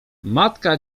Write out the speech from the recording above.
matka